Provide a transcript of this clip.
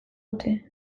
dute